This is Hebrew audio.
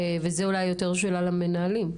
יותר שאלה למנהלים,